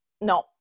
no